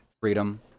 freedom